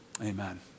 Amen